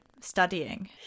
studying